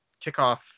kickoff